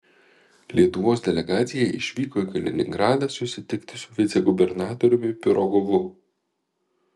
lietuvos delegacija išvyko į kaliningradą susitikti su vicegubernatoriumi pirogovu